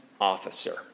officer